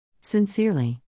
Sincerely